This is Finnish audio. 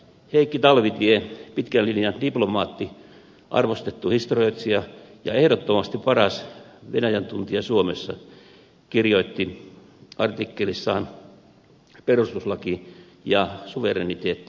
heikki talvitie pitkän linjan diplomaatti arvostettu historioitsija ja ehdottomasti paras venäjän tuntija suomessa kirjoitti artikkelissaan perustuslaki ja suvereniteetti